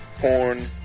porn